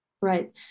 Right